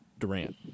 Durant